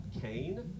Cain